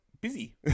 Busy